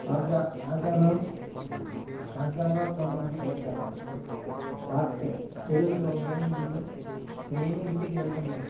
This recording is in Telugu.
ఆజ్జా ఆజానం ఆజ్గానా పొన్ను అని చెప్తారు వాక్యం తెలుగులో నేను నిన్ను నేను ఇంటికి వెళ్తున్నాను